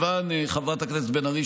חברת הכנסת בן ארי,